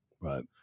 Right